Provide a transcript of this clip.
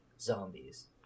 zombies